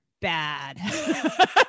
bad